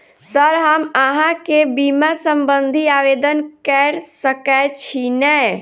Sir हम अहाँ केँ बीमा संबधी आवेदन कैर सकै छी नै?